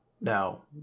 No